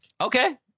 Okay